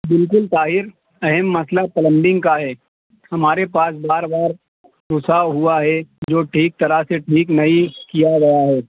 بالکل طاہر اہم مسئلہ پلمبنگ کا ہے ہمارے پاس بار بار ہوا ہے جو ٹھیک کراتے ٹھیک نہیں کیا گیا ہے